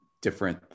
different